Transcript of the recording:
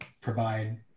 provide